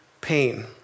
pain